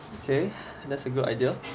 k that's a good idea